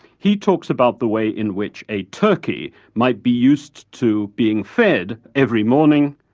he talks about the way in which a turkey might be used to being fed every morning,